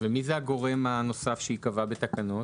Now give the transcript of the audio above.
מי זה הגורם הנוסף שייקבע בתקנות?